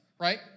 Right